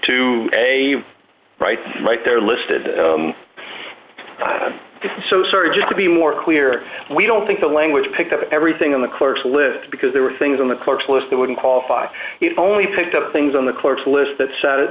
to a right right there listed just so sorry just to be more clear we don't think the language picked up everything in the clerk's lives because there were things on the clerk's list that wouldn't qualify it only picked up things on the clerk's list that s